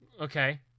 Okay